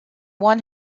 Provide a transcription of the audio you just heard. one